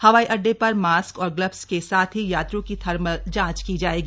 हवाई अड्डे पर मास्क और ग्लब्स के साथ ही यात्रियों की थर्मल जांच की जायेगी